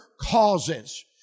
causes